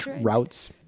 routes